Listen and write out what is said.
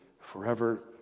forever